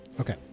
Okay